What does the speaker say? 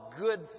good